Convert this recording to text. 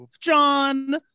John